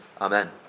Amen